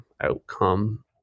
outcome